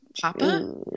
Papa